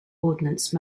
ordnance